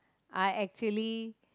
I actually